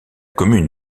commune